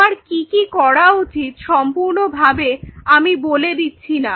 তোমার কি কি করা উচিত সম্পূর্ণভাবে আমি বলে দিচ্ছি না